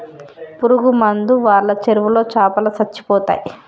పురుగు మందు వాళ్ళ చెరువులో చాపలో సచ్చిపోతయ్